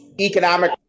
economic